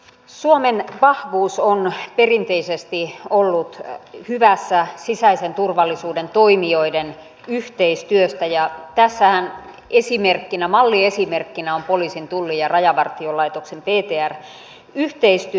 suomen vahvuus on perinteisesti ollut hyvässä sisäisen turvallisuuden toimijoiden yhteistyössä ja tästähän malliesimerkkinä on poliisin tullin ja rajavartiolaitoksen ptr yhteistyö